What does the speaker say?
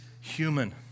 human